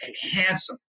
handsome